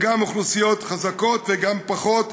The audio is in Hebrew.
גם אוכלוסיות חזקות וגם פחות,